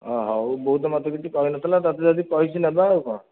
ଅ ହଉ ବୋଉ ତ ମୋତେ କିଛି କହିନଥିଲା ତୋତେ ଯଦି କହିଛି ନେବା ଆଉ କ'ଣ